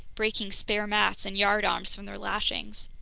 breaking spare masts and yardarms from their lashings.